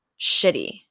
shitty